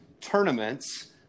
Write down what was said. tournaments